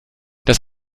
das